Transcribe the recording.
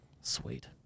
Sweet